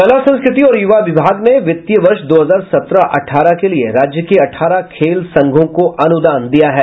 कला संस्कृति और युवा विभाग ने वित्तीय वर्ष दो हजार सत्रह अठारह के लिये राज्य के अठारह खेल संघों को अनुदान दिया है